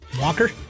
Walker